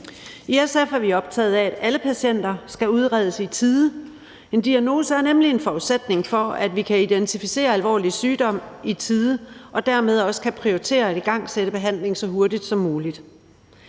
I SF er vi optaget af, at alle patienter skal udredes i tide. En diagnose er nemlig en forudsætning for, at vi kan identificere alvorlig sygdom i tide og dermed også kan prioritere og igangsætte behandling så hurtigt som muligt.